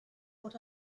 what